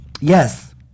Yes